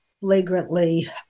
flagrantly